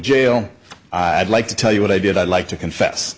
jail i'd like to tell you what i did i'd like to confess